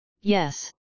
yes